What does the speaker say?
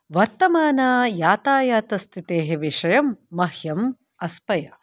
वर्तमानयातायातस्थितेः विषयं मह्यम् अस्पय्